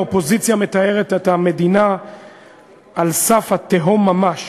האופוזיציה מתארת את המדינה על סף התהום ממש.